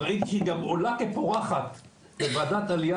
וראיתי שהיא גם עולה כפורחת בוועדת עלייה